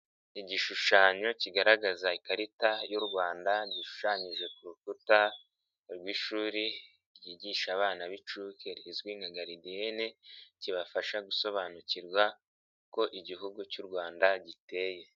Igishushanyo kigaragaza ikarita y'u Rwanda gishushanyije ku rukuta rw'ishuri ryigisha abana b'inshuke rizwi nka garidiyene, kibafasha gusobanukirwa uko igihugu cy'u Rwanda giteye.